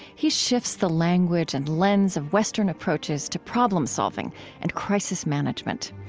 he shifts the language and lens of western approaches to problem-solving and crisis management.